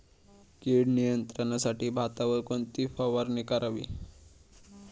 कीड नियंत्रणासाठी भातावर कोणती फवारणी करावी?